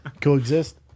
Coexist